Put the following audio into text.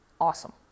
awesome